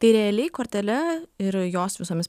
tai realiai kortele ir jos visomis